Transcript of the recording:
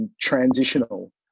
transitional